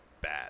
bad